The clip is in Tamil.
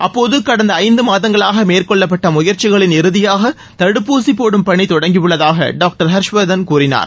அப்போது கடந்த ஐந்து மாதங்களாக மேற்கொள்ளப்பட்ட முயற்சிகளின் இறுதியாக தடுப்பூசி போடும் பணி தொடங்கியுள்ளதாக டாக்டர் ஹர்ஷ்வர்தன் கூறினார்